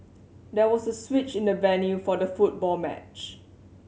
there was a switch in the venue for the football match